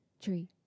tree